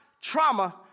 trauma